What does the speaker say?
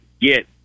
get